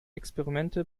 experimente